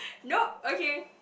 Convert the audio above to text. no okay